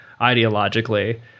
ideologically